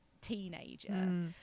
teenager